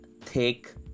Thick